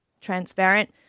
transparent